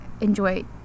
enjoy